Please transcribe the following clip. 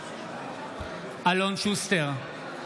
אלון שוסטר,